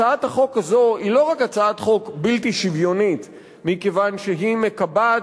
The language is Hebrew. הצעת החוק הזו היא לא רק הצעת חוק בלתי שוויונית מכיוון שהיא מקבעת